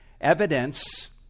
Evidence